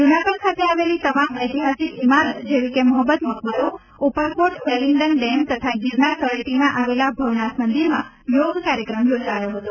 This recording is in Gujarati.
જૂનાગઢ ખાતે આવેલી તમામ ઐતિહાસિક ઇમારત જેવી કે મહોબત મકબરો ઉપરકોટ વેલિંગડન ડેમ તથા ગિરનાર તળેટીમાં આવેલા ભવનાથ મંદિરમાં યોગ કાર્યક્રમ યોજાયો હતો